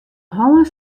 hân